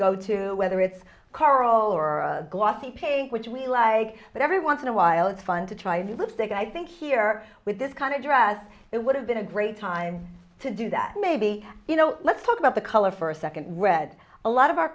go to whether it's coral or glossy paint which we like but every once in a while it's fun to try to look big i think here with this kind of dress it would have been a great time to do that maybe you know let's talk about the color for a second read a lot of our